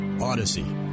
Odyssey